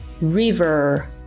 River